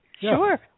Sure